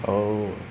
oh